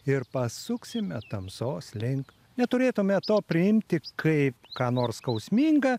ir pasuksime tamsos link neturėtume to priimti kaip ką nors skausminga